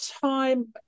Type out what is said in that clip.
time